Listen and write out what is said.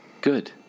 Good